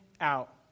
out